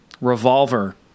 Revolver